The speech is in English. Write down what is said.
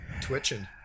Twitching